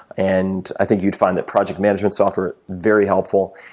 and i think you'd find that project management software very helpful.